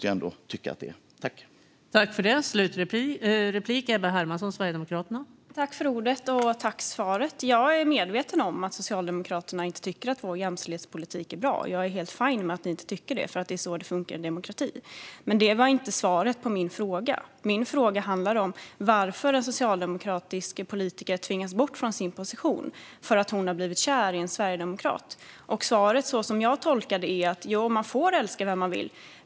Jag tycker att det är lite provocerande.